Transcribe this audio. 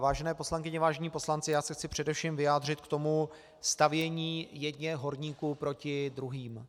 Vážené poslankyně, vážení poslanci, já se chci především vyjádřit k tomu stavění jedněch horníků proti druhým.